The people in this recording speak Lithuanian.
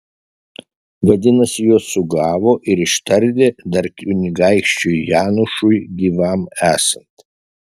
vadinasi juos sugavo ir ištardė dar kunigaikščiui janušui gyvam esant